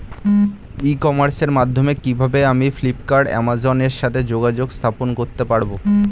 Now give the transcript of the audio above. ই কমার্সের মাধ্যমে কিভাবে আমি ফ্লিপকার্ট অ্যামাজন এর সাথে যোগাযোগ স্থাপন করতে পারব?